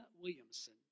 Williamson